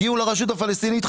הגיעו לרשות הפלסטינית.